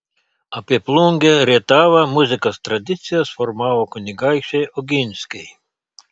apie plungę rietavą muzikos tradicijas formavo kunigaikščiai oginskiai